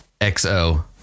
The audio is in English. XO